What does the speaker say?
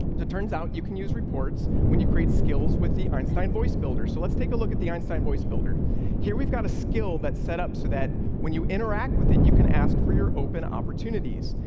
turns out you can use reports when you create skills with the arnstein voice builders. so let's take a look at the einstein voice builder here. we've got a skill that set up so that when you interact with it, you can ask for your open opportunities.